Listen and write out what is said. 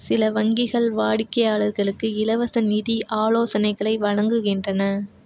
சில வங்கிகள் வாடிக்கையாளர்களுக்கு இலவச நிதி ஆலோசனைகளை வழங்குகின்றன